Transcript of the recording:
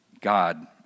God